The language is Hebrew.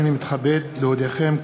הנני מתכבד להודיעכם,